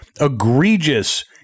egregious